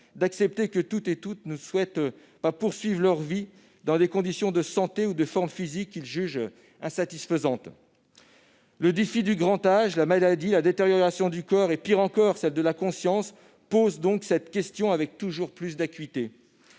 d'accepter que toutes et tous ne souhaitent pas poursuivre leur vie dans des conditions de santé ou de forme physique qu'ils jugent insatisfaisantes. Le défi du grand âge, de la maladie et de la détérioration du corps, voire de la conscience, pose cette question avec toujours plus d'acuité.